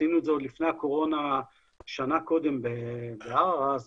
עשינו את זה עוד לפני הקורונה שנה קודם בערערה אז